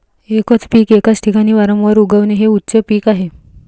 एकच पीक एकाच ठिकाणी वारंवार उगवणे हे उच्च पीक आहे